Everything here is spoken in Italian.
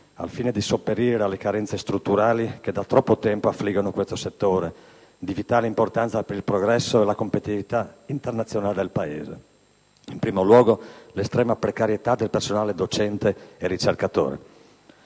al fine di sopperire alle carenze strutturali che da troppo tempo affliggono questo settore, di vitale importanza per il progresso e la competitività internazionale del Paese. Mi riferisco, in primo luogo, all'estrema precarietà del personale docente e ricercatore.